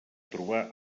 trobar